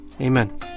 Amen